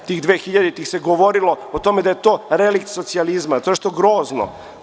Tih 2000. godina se govorilo o tome da je to relikt socijalizma, da je to nešto grozno.